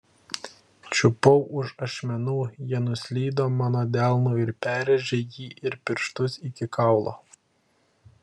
čiupau už ašmenų jie nuslydo mano delnu ir perrėžė jį ir pirštus iki kaulo